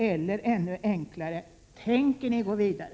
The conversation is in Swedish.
Eller ännu enklare: Tänker ni gå vidare?